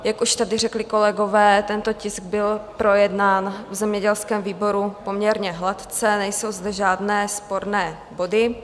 Jak už tady řekli kolegové, tento tisk byl projednán v zemědělském výboru poměrně hladce, nejsou zde žádné sporné body.